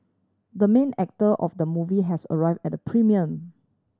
the main actor of the movie has arrived at the premiere